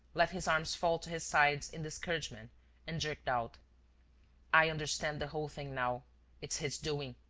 let his arms fall to his sides in discouragement and jerked out i understand the whole thing now it's his doing!